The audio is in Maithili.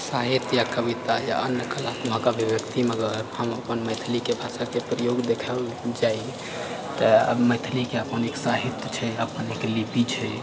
साहित्य या कविता या अन्य कलात्मक अभिव्यक्तिमे अगर हम अपन मैथिलीके भाषाके प्रयोग देखल जाए तऽ मैथिलीके अपन एक साहित्य छै अपन एक लिपि छै